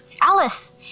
Alice